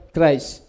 Christ